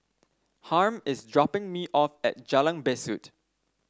Harm is dropping me off at Jalan Besut